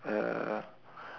uh